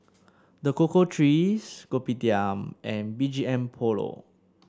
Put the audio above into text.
The Cocoa Trees Kopitiam and B G M Polo